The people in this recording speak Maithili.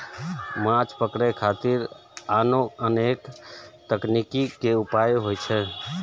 माछ पकड़े खातिर आनो अनेक तरक तकनीक के उपयोग होइ छै